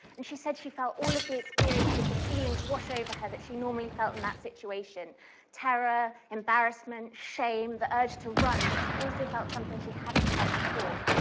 and she said she felt all of the experiences, the feelings wash over her that she normally felt in that situation terror, embarrassment, shame, the urge to run but she also felt something she hadn't felt before,